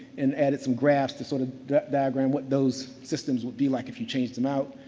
and added some graphs to sort of diagram what those systems would be like if you changed them out.